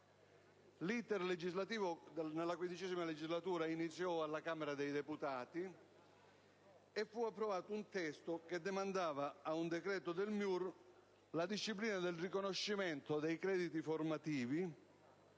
L'*iter* legislativo in materia iniziò alla Camera dei deputati e fu approvato un testo che demandava a un decreto del MIUR la disciplina del riconoscimento dei crediti formativi